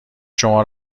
شما